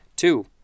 Two